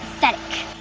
pathetic.